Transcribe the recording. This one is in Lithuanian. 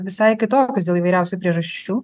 visai kitokius dėl įvairiausių priežasčių